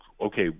okay